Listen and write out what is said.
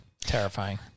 terrifying